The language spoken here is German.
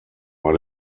war